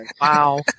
Wow